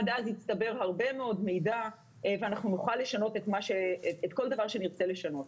עד אז יצטבר הרבה מאוד מידע ואנחנו נוכל לשנות כל דבר שנרצה לשנות.